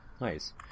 Nice